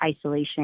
isolation